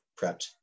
prepped